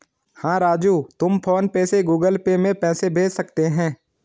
हां राजू तुम फ़ोन पे से गुगल पे में पैसे भेज सकते हैं